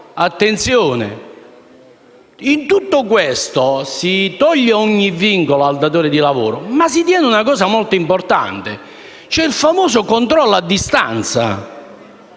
in tutto questo, si toglie ogni vincolo al datore di lavoro, ma si chiede una cosa molto importante. Il famoso controllo a distanza,